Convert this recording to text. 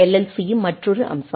சியின் மற்றொரு அம்சமாகும்